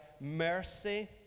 mercy